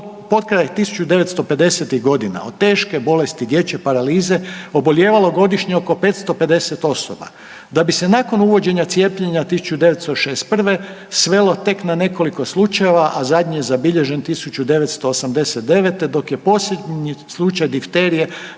potkraj 1950-ih godina od teške bolesti dječje paralize obolijevalo godišnje oko 550 osoba, da bi se nakon uvođenja cijepljenja 1961. svelo tek na nekoliko slučajeva, a zadnji je zabilježen 1989. dok je posljednji slučaj difterije